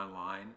online